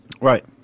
Right